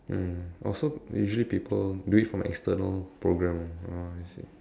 mm also usually people do it from a external program oh I see